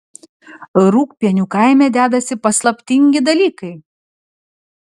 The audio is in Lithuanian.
rūgpienių kaime dedasi paslaptingi dalykai